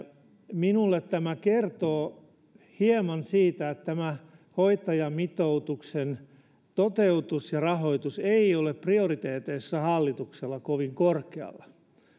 minulle tämä kertoo hieman siitä että tämä hoitajamitoituksen toteutus ja rahoitus eivät ole prioriteeteissa hallituksella kovin korkealla